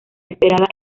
esperada